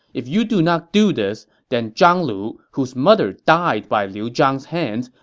if you do not do this, then zhang lu, whose mother died by liu zhang's hands,